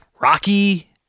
Rocky